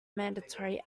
mandatory